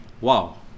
wow